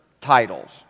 titles